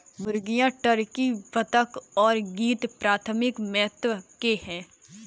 मुर्गियां, टर्की, बत्तख और गीज़ प्राथमिक महत्व के हैं